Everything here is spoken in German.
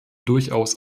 durchaus